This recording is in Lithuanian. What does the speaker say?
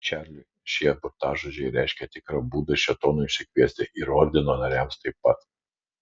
čarliui šie burtažodžiai reiškė tikrą būdą šėtonui išsikviesti ir ordino nariams taip pat